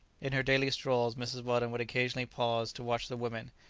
in her daily strolls, mrs. weldon would occasionally pause to watch the women,